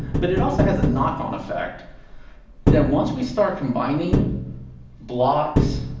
but it also has a knock on effect that once we start combining blocks,